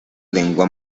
lengua